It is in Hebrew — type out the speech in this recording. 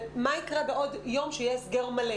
ומה יקרה בעוד יום כשיהיה הסגר מלא?